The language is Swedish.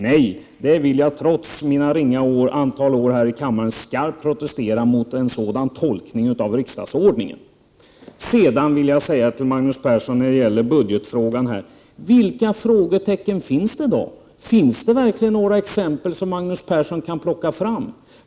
Nej, trots mitt ringa antal år i riksdagen vill jag skarpt protestera mot en sådan tolkning av riksdagsordningen. Sedan vill jag fråga Magnus Persson när det gäller budgetfrågan: Vilka frågetecken finns det? Finns det verkligen några exempel som Magnus Persson kan plocka fram?